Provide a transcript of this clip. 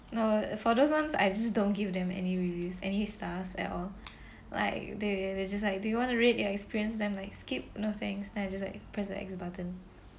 no for those ones I just don't give them any reviews any stars at all like they they just like do you want to rate your experience then like skip no thanks then I just like press the exit button